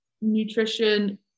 nutrition